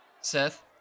Seth